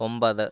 ഒമ്പത്